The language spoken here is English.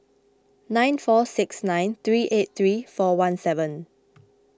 nine four six nine three eight three four one seven